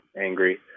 angry